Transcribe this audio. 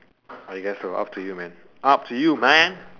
I guess so up to you man up to you man